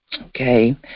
Okay